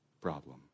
problem